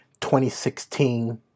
2016